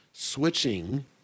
switching